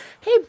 Hey